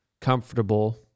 comfortable